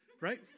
right